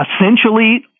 essentially